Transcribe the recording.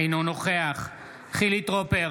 אינו נוכח חילי טרופר,